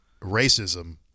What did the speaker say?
racism